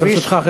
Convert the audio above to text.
ברשותך,